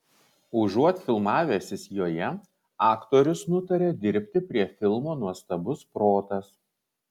užuot filmavęsis joje aktorius nutarė dirbti prie filmo nuostabus protas